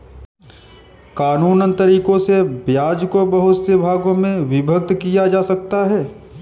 कानूनन तरीकों से ब्याज को बहुत से भागों में विभक्त किया जा सकता है